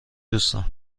دوستان